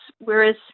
whereas